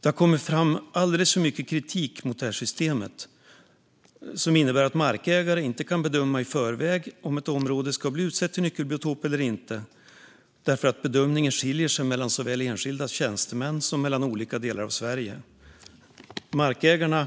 Det har kommit fram alldeles för mycket kritik mot detta system, som innebär att markägare inte kan bedöma i förväg om ett område ska bli utsett till nyckelbiotop eller inte, då bedömningen skiljer sig såväl mellan enskilda tjänstemän som mellan olika delar av Sverige. Markägarna